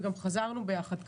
וגם חזרנו ביחד.